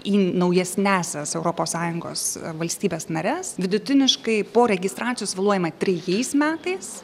į naujesniąsias europos sąjungos valstybes nares vidutiniškai po registracijos vėluojama trejais metais